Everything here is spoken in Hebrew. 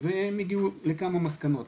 הם הגיעו לכמה מסקנות